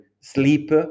sleep